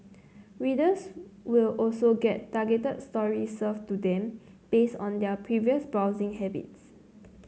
readers will also get targeted stories served to them based on their previous browsing habits